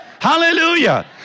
Hallelujah